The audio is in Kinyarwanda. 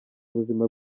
buzima